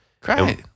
Great